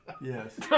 Yes